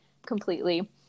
completely